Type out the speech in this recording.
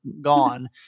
gone